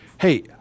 Hey